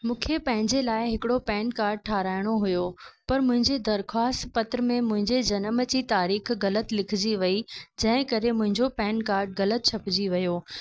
मूंखे पंहिंजे लाइ हिकिड़ो पैन कार्ड ठहिराइणो हुयो पर मुंहिंजे दरख़्वास्त पत्र मुंहिंजे जन्म जी तारीख़ु ग़लति लिखिजी वई जंहिं करे मुंहिंजो पैन कार्ड ग़लति छपिजी वियो